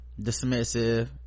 dismissive